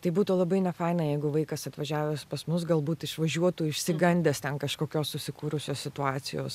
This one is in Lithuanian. tai būtų labai nefaina jeigu vaikas atvažiavęs pas mus galbūt išvažiuotų išsigandęs ten kažkokios susikūrusios situacijos